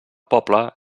poble